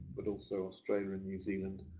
but also australia and new zealand,